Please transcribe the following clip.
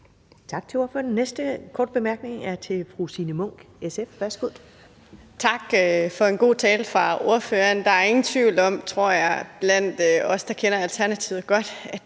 Tak til ordføreren. Den næste korte bemærkning er fra fru Signe Munk, SF. Værsgo. Kl. 12:45 Signe Munk (SF): Tak for en god tale fra ordføreren. Der er ingen tvivl om, tror jeg, blandt os, der kender Alternativet godt, at